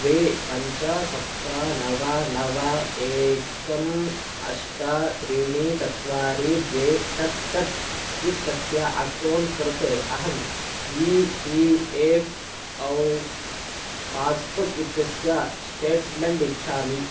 द्वे पञ्च सप्त नव नव एकम् अष्ट त्रीणि चत्वारि द्वे षट् षट् युक्तस्य अकौण्ट् कृते अहम् ई पी एफ़् औ पास्बुक् इत्यस्य स्टेट्मेण्ट् इच्छामि